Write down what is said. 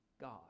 God